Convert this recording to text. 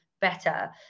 better